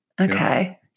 Okay